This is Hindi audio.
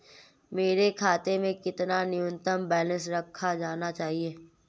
मेरे खाते में कितना न्यूनतम बैलेंस रखा जाना चाहिए?